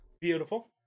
Beautiful